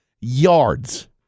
yards